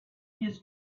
his